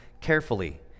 carefully